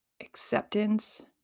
acceptance